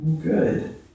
Good